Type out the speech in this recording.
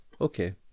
okay